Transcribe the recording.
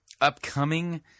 upcoming